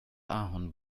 ahorn